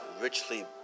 richly